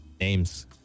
names